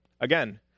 again